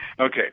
Okay